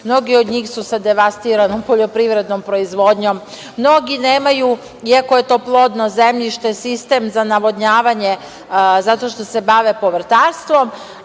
Mnogi od njih su sa devastiranom poljoprivrednom proizvodnjom, mnogi nemaju iako je to plodno zemljište, sistem za navodnjavanje zato što se bave povrtarstvom,